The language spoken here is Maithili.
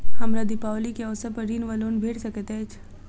हमरा दिपावली केँ अवसर पर ऋण वा लोन भेट सकैत अछि?